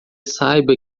saiba